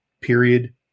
period